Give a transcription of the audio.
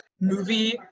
movie